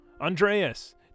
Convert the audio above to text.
Andreas